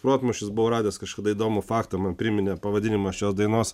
protmūšis buvo radęs kažkada įdomų faktą man priminė pavadinimą šios dainos